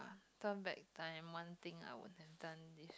turn back time one thing I would have done if